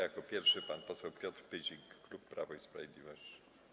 Jako pierwszy pan poseł Piotr Pyzik, klub Prawo i Sprawiedliwość.